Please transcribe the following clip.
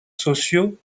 sociaux